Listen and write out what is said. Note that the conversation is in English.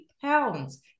pounds